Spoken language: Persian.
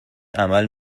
عمل